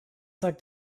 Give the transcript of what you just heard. sagt